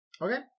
Okay